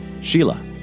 Sheila